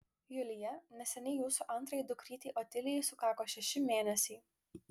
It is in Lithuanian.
julija neseniai jūsų antrajai dukrytei otilijai sukako šeši mėnesiai